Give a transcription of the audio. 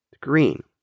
Green